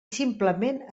simplement